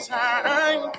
time